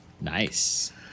Nice